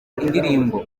indirimbo